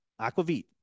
Aquavit